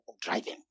driving